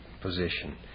position